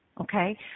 okay